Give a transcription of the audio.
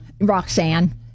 Roxanne